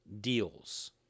Deals